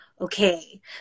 Okay